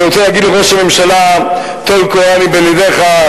אני רוצה להגיד לראש הממשלה: טול קורה מבין עיניך,